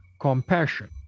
compassion